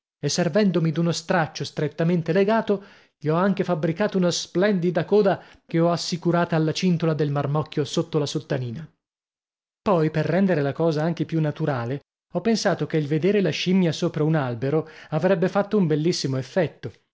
e servendomi d'uno straccio strettamente legato gli ho anche fabbricato una splendida coda che ho assicurata alla cintola del marmocchio sotto la sottanina poi per rendere la cosa anche più naturale ho pensato che il vedere la scimmia sopra un albero avrebbe fatto un bellissimo effetto